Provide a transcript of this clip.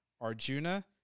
Arjuna